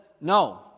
no